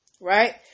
Right